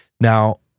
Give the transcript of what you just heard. Now